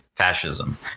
fascism